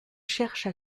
cherche